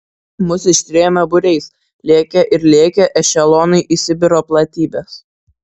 mus ištrėmė būriais lėkė ir lėkė ešelonai į sibiro platybes